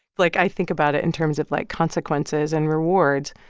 like, i think about it in terms of, like, consequences and rewards.